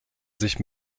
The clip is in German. sich